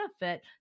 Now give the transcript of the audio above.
benefit